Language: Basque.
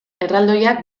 erraldoiak